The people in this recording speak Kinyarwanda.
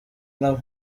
nabo